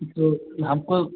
फिर तो हमको